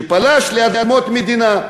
שפלש לאדמות מדינה,